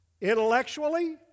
Intellectually